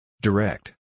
Direct